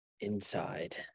inside